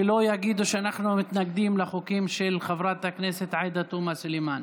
שלא יגידו שאנחנו מתנגדים לחוקים של חברת הכנסת עאידה תומא סלימאן.